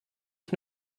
ich